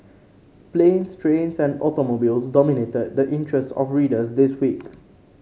planes trains and automobiles dominated the interests of readers this week